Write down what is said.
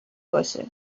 باشه